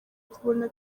kubona